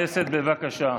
בבקשה.